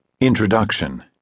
Introduction